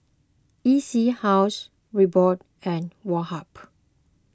E C House Reebok and Woh Hup